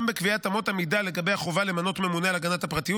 גם בקביעת אמות המידה לגבי החובה למנות ממונה על הגנת הפרטיות